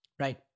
Right